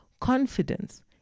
Confidence